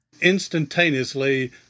Instantaneously